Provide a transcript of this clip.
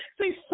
See